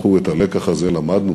אנחנו את הלקח הזה למדנו.